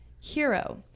hero